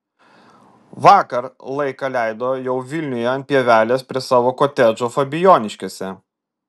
vakar laiką leido jau vilniuje ant pievelės prie savo kotedžo fabijoniškėse